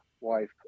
wife